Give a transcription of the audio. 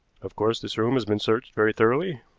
of course this room has been searched very thoroughly?